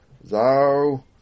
Thou